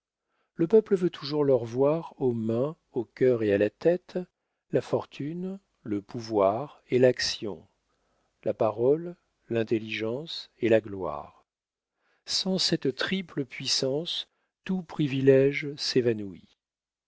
le peuple veut toujours leur voir aux mains au cœur et à la tête la fortune le pouvoir et l'action la parole l'intelligence et la gloire sans cette triple puissance tout privilége s'évanouit